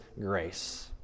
grace